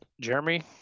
Jeremy